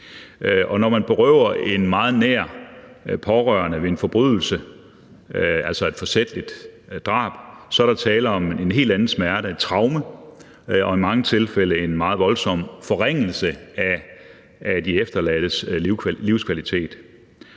frarøver personer en meget nær pårørende ved en forbrydelse, altså et forsætligt drab, så er der tale om en helt anden smerte, et traume, og i mange tilfælde en meget voldsom forringelse af de efterladtes livskvalitet.